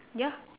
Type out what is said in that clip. ya